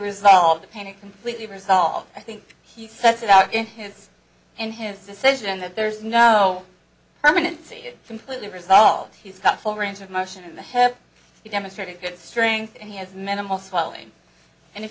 resolve the panic completely resolved i think he sets it out in his in his decision that there's no permanent seat it completely resolves he's got full range of motion in the head he demonstrated good strength and he has minimal swelling and if